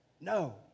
no